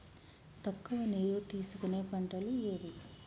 తక్కువ నీరు తీసుకునే పంటలు ఏవి?